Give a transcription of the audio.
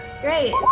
Great